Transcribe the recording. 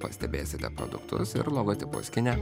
pastebėsite produktus ir logotipus kine